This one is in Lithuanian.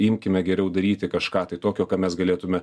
imkime geriau daryti kažką tai tokio ką mes galėtume